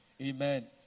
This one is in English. Amen